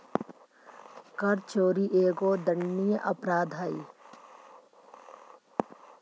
कर चोरी एगो दंडनीय अपराध हई